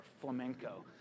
flamenco